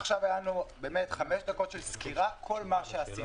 עכשיו היו לנו חמש דקות של סקירה על כל מה שעשינו.